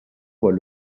voit